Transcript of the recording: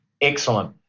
Excellent